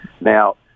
Now